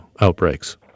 outbreaks